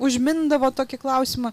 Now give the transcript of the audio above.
užmindavo tokį klausimą